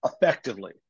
effectively